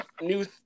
new